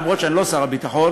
אף שאני לא שר הביטחון,